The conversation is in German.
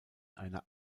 einer